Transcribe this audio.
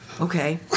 okay